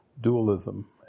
dualism